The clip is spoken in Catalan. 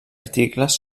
articles